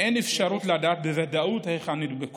אין אפשרות לדעת בוודאות היכן נדבק